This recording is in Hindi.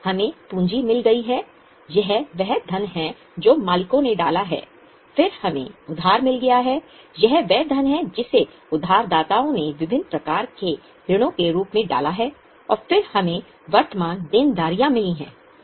हमें पूंजी मिल गई है यह वह धन है जो मालिकों ने डाला है फिर हमें उधार मिल गया है यह वह धन है जिसे उधारदाताओं ने विभिन्न प्रकार के ऋणों के रूप में डाला है और फिर हमें वर्तमान देनदारियां मिली हैं